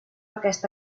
aquesta